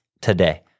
today